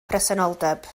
presenoldeb